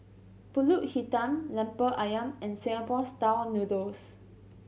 Pulut Hitam Lemper Ayam and Singapore Style Noodles